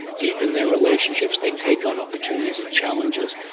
deep in their relationships they take on opportunities and challenges.